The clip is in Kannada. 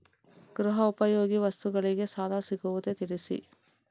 ಗೃಹ ಉಪಯೋಗಿ ವಸ್ತುಗಳಿಗೆ ಸಾಲ ಸಿಗುವುದೇ ತಿಳಿಸಿ?